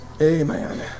amen